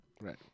Right